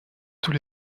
tous